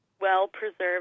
well-preserved